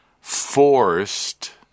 forced